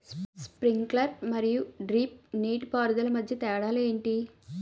Sprinkler మరియు drip నీటిపారుదల మధ్య తేడాలు ఏంటి?